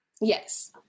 Yes